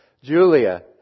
Julia